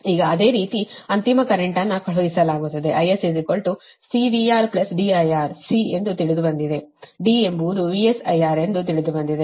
ಈಗ ಅದೇ ರೀತಿ ಅಂತಿಮ ಕರೆಂಟ್ ಅನ್ನು ಕಳುಹಿಸಲಾಗುತ್ತಿದೆ IS CVR D IR C ಎಂದು ತಿಳಿದುಬಂದಿದೆD ಎಂಬುದು VS IR ಎಂದು ತಿಳಿದುಬಂದಿದೆ